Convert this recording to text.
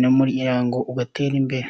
n'umuryango ugatere imbere.